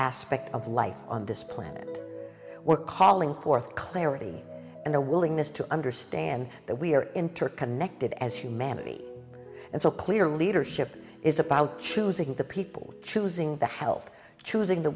aspect of life on this planet we're calling forth clarity and a willingness to understand that we are interconnected as humanity and so clear leadership is about choosing the people choosing the health choosing the